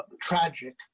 tragic